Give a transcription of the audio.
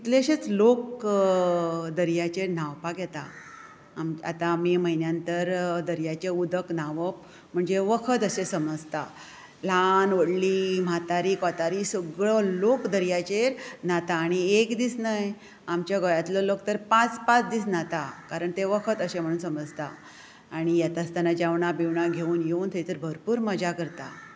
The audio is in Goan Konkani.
कितलेशेच लोक दर्याचेर न्हांवपाक येता आतां मे म्हयन्यांत तर दर्याचें उदक न्हांवप म्हणजे वखद अशें समजता ल्हान व्हडली म्हातारी कोतारी सगळो लोक दर्याचेर न्हातात आनी एक दीस न्हय आमच्या गोयांतलो लोक तर पांच पांच दीस न्हाता कारण तें वखद अशें म्हणून समजता आनी येता आसतना जेवणा बिवणा घेवून येवून थंयसर भरपूर मजा करता